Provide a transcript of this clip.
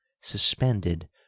Suspended